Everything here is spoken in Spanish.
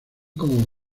como